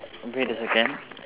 wait a second